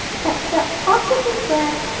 except possibly bran,